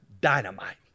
dynamite